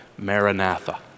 Maranatha